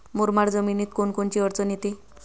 मुरमाड जमीनीत कोनकोनची अडचन येते?